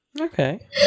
Okay